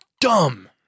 dumb